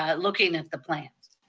ah looking at the plans.